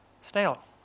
Stale